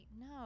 no